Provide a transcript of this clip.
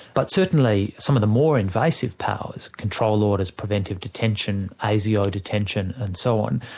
but certainly some of the more invasive powers control orders, preventive detention, asio detention and so on,